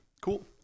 cool